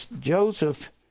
Joseph